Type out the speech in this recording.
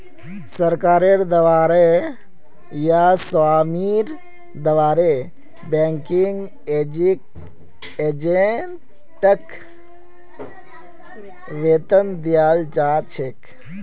सरकारेर द्वारे या स्वामीर द्वारे बैंकिंग एजेंटक वेतन दियाल जा छेक